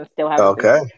Okay